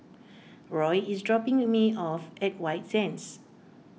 Roy is dropping me off at White Sands